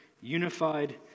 unified